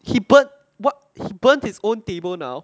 he burn what he burn his own table now